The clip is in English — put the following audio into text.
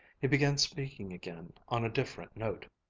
he began speaking again on a different note.